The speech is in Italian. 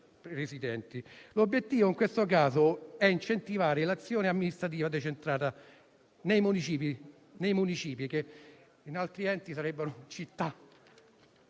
L'obiettivo in questo caso è incentivare l'azione amministrativa decentrata nei municipi (che in altri enti sarebbero città)